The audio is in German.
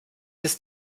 ist